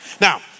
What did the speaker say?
Now